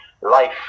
life